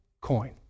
coin